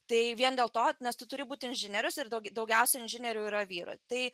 tai vien dėl to nes tu turi būt inžinierius ir daugiausia inžinierių yra vyrai tai